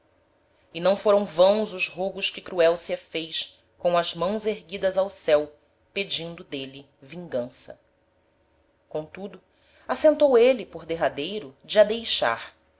e não foram vãos os rogos que cruelcia fez com as mãos erguidas ao ceu pedindo d'êle vingança comtudo assentou êle por derradeiro de a deixar